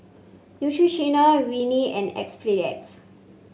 Neutrogena Rene and Enzyplex